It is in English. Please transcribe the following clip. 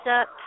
up